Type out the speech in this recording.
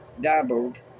doubled